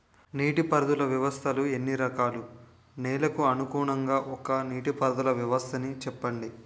నీటి పారుదల వ్యవస్థలు ఎన్ని రకాలు? నెలకు అనుగుణంగా ఒక్కో నీటిపారుదల వ్వస్థ నీ చెప్పండి?